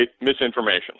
misinformation